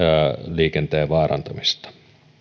liikenteen vaarantamisesta